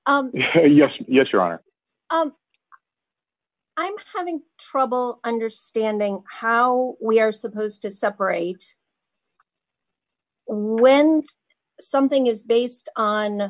honor i'm having trouble understanding how we are supposed to separate when something is based on